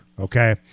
okay